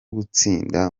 gutsinda